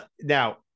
now